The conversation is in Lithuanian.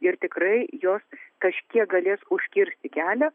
ir tikrai jos kažkiek galės užkirsti kelią